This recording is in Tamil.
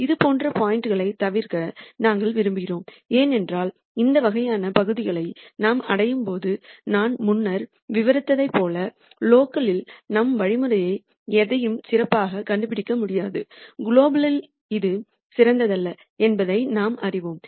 இதுபோன்ற பாயிண்ட் களைத் தவிர்க்க நாங்கள் விரும்புகிறோம் ஏனென்றால் இந்த வகையான பகுதிகளை நாம் அடையும் போது நான் முன்னர் விவரித்ததைப் போல லோக்கல்லில் நம் வழிமுறையை எதையும் சிறப்பாகக் கண்டுபிடிக்க முடியாது குலோபல்லில் இது சிறந்ததல்ல என்பதை அறிவோம்